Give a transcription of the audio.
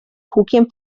hukiem